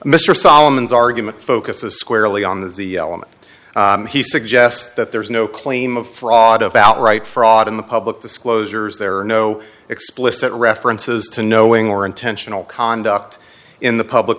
mr solomon's argument focuses squarely on the element he suggests that there is no claim of fraud of outright fraud in the public disclosures there are no explicit references to knowing or intentional conduct in the public